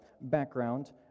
background